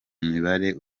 mibare